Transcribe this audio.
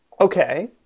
Okay